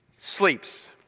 sleeps